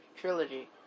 Trilogy